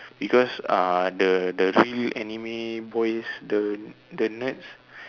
because uh the the real anime boys the the nerds